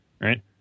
right